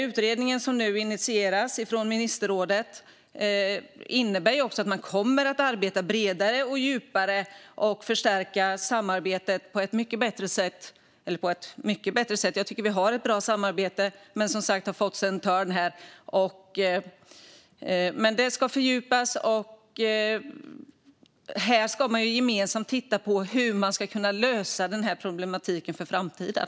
Utredningen som initierats av ministerrådet innebär också att man kommer att arbeta bredare och djupare och förstärka samarbetet på ett mycket bättre sätt. Eller mycket bättre - jag tycker att vi har ett bra samarbete, men det har som sagt fått sig en törn. Det ska fördjupas, och man ska gemensamt titta på hur man ska kunna lösa problematiken inför framtiden.